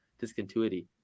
discontinuity